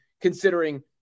considering